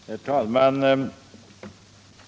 Herr talman!